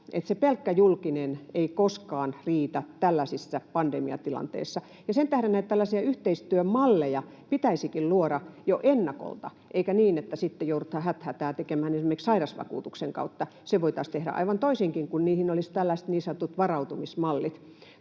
että se pelkkä julkinen ei koskaan riitä tällaisissa pandemiatilanteissa, ja sen tähden tällaisia yhteistyömalleja pitäisikin luoda jo ennakolta, eikä niin, että sitten joudutaan häthätää tekemään esimerkiksi sairausvakuutuksen kautta. Se voitaisiin tehdä aivan toisinkin, kun niihin olisi tällaiset niin sanotut varautumismallit.